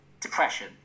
depression